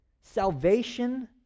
Salvation